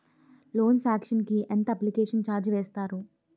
Loan sanction కి ఎంత application charge వేస్తారు?